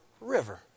River